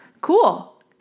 Cool